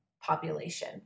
population